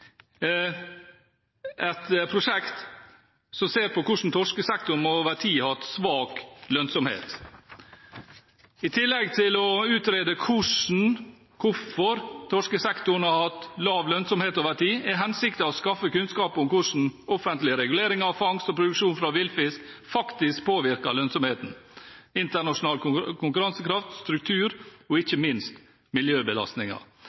et prosjekt som ser på hvordan torskesektoren over tid har hatt svak lønnsomhet. I tillegg til å utrede hvordan og hvorfor torskesektoren har hatt lav lønnsomhet over tid, er hensikten å skaffe kunnskap om hvordan offentlig regulering av fangst og produksjon av villfisk faktisk påvirker lønnsomhet, internasjonal konkurransekraft, struktur og ikke minst miljøbelastninger.